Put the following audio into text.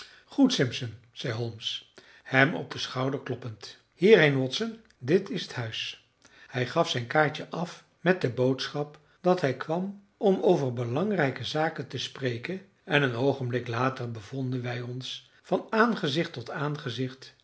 goed simpson zei holmes hem op den schouder kloppend hier heen watson dit is het huis hij gaf zijn kaartje af met de boodschap dat hij kwam om over belangrijke zaken te spreken en een oogenblik later bevonden wij ons van aangezicht tot aangezicht